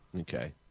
Okay